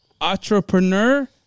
entrepreneur